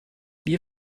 wir